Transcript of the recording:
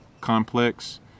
complex